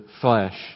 flesh